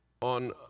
on